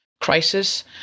crisis